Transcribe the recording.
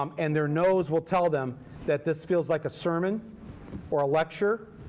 um and their nose will tell them that this feels like a sermon or a lecture,